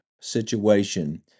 situation